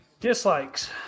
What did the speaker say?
dislikes